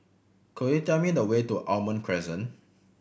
could you tell me the way to Almond Crescent